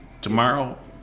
Tomorrow